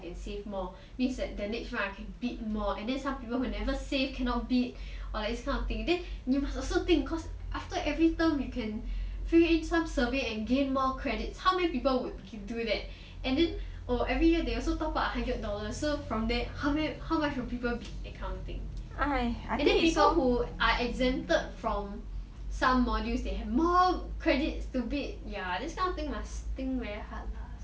save more means that the next round I can bid more and then some people who never save cannot bid or like it's kind of thing then you must also think cause after every term you can fill in some survey and gain more credits how many people would keep doing that and then oh every year they also top up hundred dollars so from there how much would people that kind of thing and then people who are exempted from some modules they have more credits to bid so thing kind of thing must think very hard lah